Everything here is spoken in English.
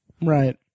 right